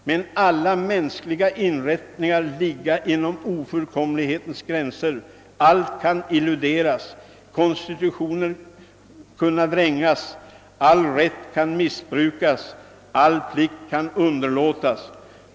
Men alla menskliga inrättningar ligga inom ofullkomlighetens gränser, allt kan illuderas, Constitutioner kunna vrängas, all rätt kan missbrukas, all pligt kan underlåtas.